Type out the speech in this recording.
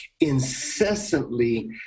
incessantly